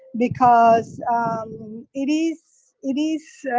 because it is it is